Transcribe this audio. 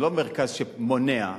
זה לא מרכז שמונע.